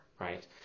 right